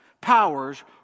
powers